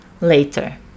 later